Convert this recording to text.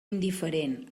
indiferent